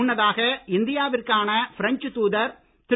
முன்னதாக இந்தியாவிற்கான பிரெஞ்ச் தூதர் திரு